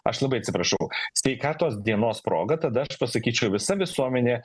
aš labai atsiprašau sveikatos dienos proga tada aš pasakyčiau visa visuomenė